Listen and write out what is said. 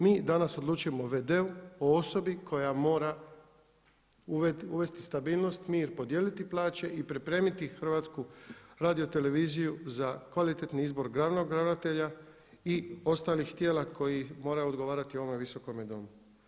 Mi danas odlučujemo o v.d.-u, o osobi koja mora uvesti stabilnost, mir i podijeliti plaće i pripremiti HRT za kvalitetni izbor glavnog ravnatelja i ostalih tijela koje moraju odgovarati ovome visokome domu.